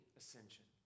ascension